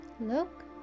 Look